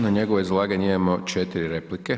Na njegovo izlaganje imamo 4 replike.